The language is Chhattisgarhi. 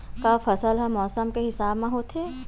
का फसल ह मौसम के हिसाब म होथे?